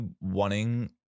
wanting